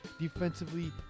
Defensively